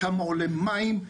כמה עולה מים,